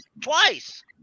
twice